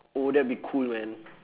oh that'll be cool man